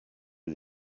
des